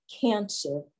cancer